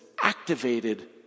activated